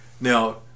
Now